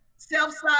Self